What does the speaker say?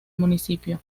municipio